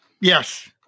Yes